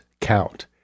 count